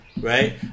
Right